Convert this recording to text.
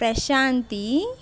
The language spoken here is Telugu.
ప్రశాంతి